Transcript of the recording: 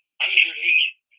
underneath